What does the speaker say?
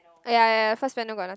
uh ya ya ya first panel got noth~